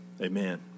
Amen